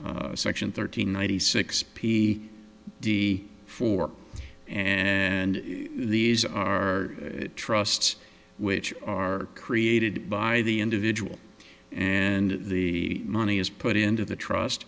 c section thirteen ninety six p d four and these are trusts which are created by the individual and the money is put into the trust